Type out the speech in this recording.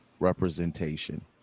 representation